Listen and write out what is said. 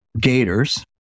gators